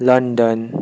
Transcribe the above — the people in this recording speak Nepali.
लन्डन